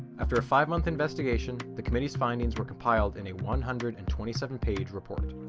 after a five-month investigation the committee's findings were compiled in a one hundred and twenty seven page report